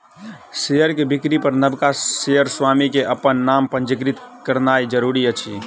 share के बिक्री पर नबका शेयर स्वामी के अपन नाम पंजीकृत करौनाइ जरूरी अछि